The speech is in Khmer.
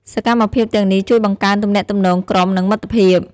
សកម្មភាពទាំងនេះជួយបង្កើនទំនាក់ទំនងក្រុម និងមិត្តភាព។